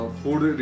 food